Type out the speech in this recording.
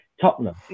Tottenham